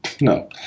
No